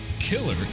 killer